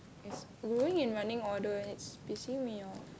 yes we'll go in running order and it's pissing me off